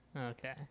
Okay